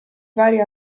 vari